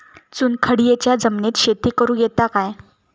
चुनखडीयेच्या जमिनीत शेती करुक येता काय?